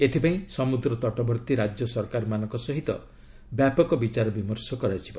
ଏଥିପାଇଁ ସମୁଦ୍ର ତଟବର୍ତ୍ତୀ ରାଜ୍ୟ ସରକାରମାନଙ୍କ ସହ ବ୍ୟାପକ ବିଚାର ବିମର୍ଶ କରାଯିବ